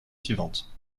suivantes